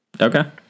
Okay